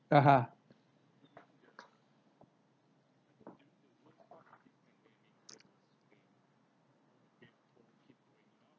(uh huh)